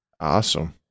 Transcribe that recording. Awesome